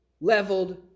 leveled